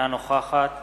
אינה נוכחת